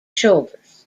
shoulders